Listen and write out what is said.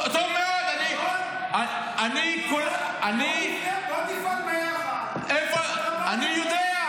טוב מאוד --- בוא נפעל ביחד --- אני יודע,